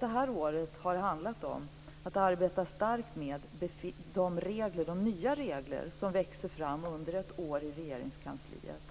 Det här året har det handlat om att arbeta mycket med de nya regler som växer fram under ett år i Regeringskansliet.